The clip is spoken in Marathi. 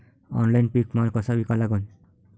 ऑनलाईन पीक माल कसा विका लागन?